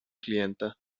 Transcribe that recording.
klienta